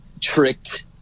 tricked